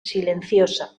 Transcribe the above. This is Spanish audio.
silenciosa